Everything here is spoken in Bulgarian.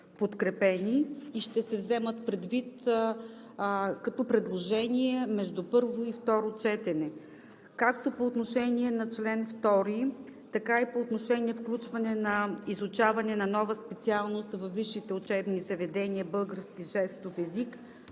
и ще се вземат предвид като предложения между първо и второ четене – както по отношение на чл. 2, така и по отношение включване на изучаване на нова специалност във висшите учебни заведения „Български жестов език“,